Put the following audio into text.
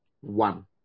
one